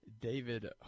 David